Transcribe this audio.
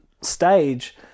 stage